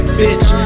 bitch